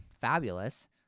fabulous